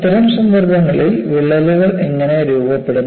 അത്തരം സന്ദർഭങ്ങളിൽ വിള്ളലുകൾ എങ്ങനെ രൂപപ്പെടുന്നു